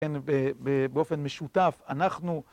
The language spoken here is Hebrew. כן, באופן משותף, אנחנו...